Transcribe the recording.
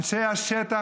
אנשי השטח.